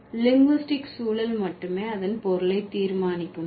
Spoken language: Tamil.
லிங்குஸ்டிக் சூழல் மட்டுமே அதன் பொருளை தீர்மானிக்குமா